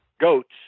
goats